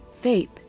faith